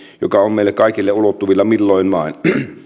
joka on meille kaikille ulottuvilla milloin vain